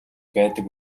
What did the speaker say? байдаг